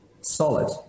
solid